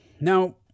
Now